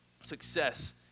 success